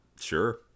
sure